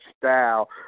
style